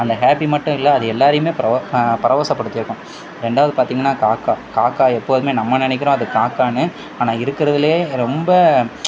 அந்த ஹேப்பி மட்டுமில்ல அது எல்லோரையுமே பரவ பரவசப்படுத்தி இருக்கும் ரெண்டாவது பார்த்தீங்கன்னா காக்காய் காக்காய் எப்போதுமே நம்ம நினைக்கிறோம் அது காக்காய்ன்னு ஆனால் இருக்கிறதுலையே ரொம்ப